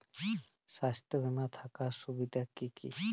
স্বাস্থ্য বিমা থাকার সুবিধা কী কী?